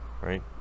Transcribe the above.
right